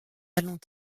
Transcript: allons